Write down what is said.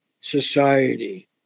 society